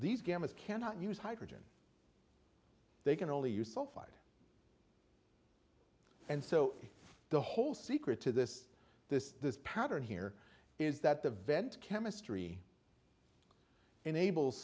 these gammas cannot use hydrogen they can only use sulfide and so the whole secret to this this this pattern here is that the vent chemistry enables